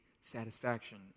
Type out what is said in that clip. satisfaction